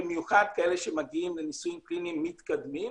במיוחד כאלה שמגיעים לניסויים קליניים מתקדמים,